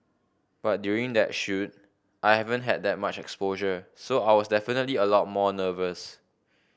but during that shoot I haven't had that much exposure so I was definitely a lot more nervous